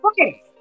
okay